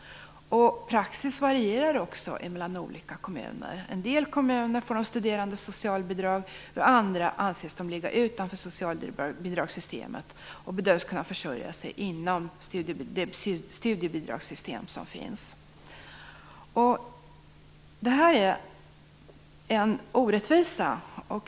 Praxis varierar också mellan olika kommuner. I en del får de studerande socialbidrag, och i andra anses de ligga utanför socialbidragssystemet och bedöms kunna försörja sig inom det studiebidragssystem som finns. Det här är en orättvisa.